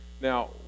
Now